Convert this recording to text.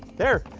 there,